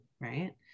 right